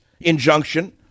injunction